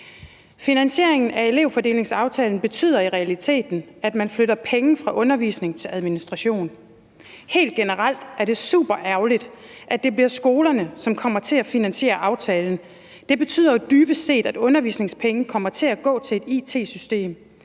Finansieringen af elevfordelingsaftalen betyder i realiteten, at man flytter penge fra undervisning til administration. Helt generelt er det superærgerligt, at det bliver skolerne, som kommer til at finansiere aftalen. Det betyder dybest set, at undervisningspenge kommer til at gå til et it-system,